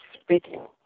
speaking